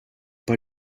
pas